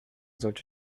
sollte